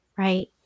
Right